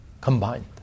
Combined